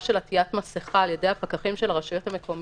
של עטיית מסכה על ידי הפקחים של הרשויות המקומיות.